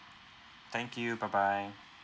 thank you bye bye